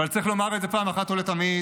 אבל צריך לומר את זה פעם אחת ולתמיד: